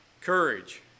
courage